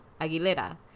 Aguilera